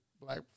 black